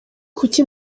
kuki